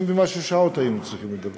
60 ומשהו שעות היינו צריכים לדבר.